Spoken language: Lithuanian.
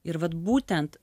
ir vat būtent